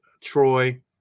Troy